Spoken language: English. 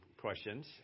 questions